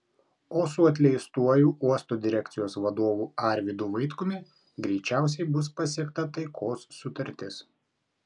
o su atleistuoju uosto direkcijos vadovu arvydu vaitkumi greičiausiai bus pasiekta taikos sutartis